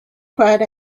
cried